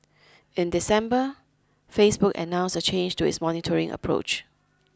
in December Facebook announced a change to its monitoring approach